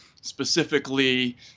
specifically